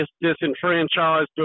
disenfranchised